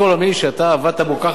שאתה עבדת בו כל כך הרבה שנים,